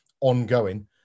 ongoing